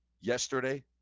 yesterday